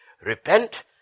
Repent